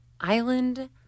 island